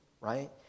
Right